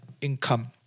income